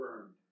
burned